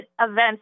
events